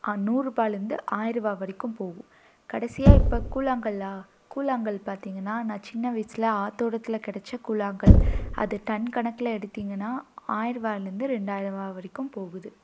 நூறுரூபாலந்து ஆயிரூவா வரைக்கும் போகும் கடைசியாக இப்போ கூழாங்கல்லாம் கூழாங்கல் பார்த்தீங்கன்னா நான் சின்ன வயிசில் ஆத்தோரத்தில் கிடச்ச கூழாங்கல் அது டன் கணக்கில் எடுத்தீங்கன்னா ஆயரூவாலந்து ரெண்டாயரூவா வரைக்கும் போகுது